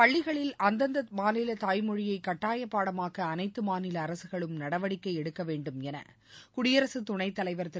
பள்ளிகளில் அந்தந்த மாநில தாய்மொழியை கட்டாயப் பாடமாக்க அனைத்து மாநில அரசுகளும் நடவடிக்கை எடுக்க வேண்டும் என குடியரசுத் துணைத் தலைவர் திரு